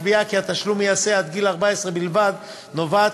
הקביעה כי התשלום ייעשה עד גיל 14 בלבד נובעת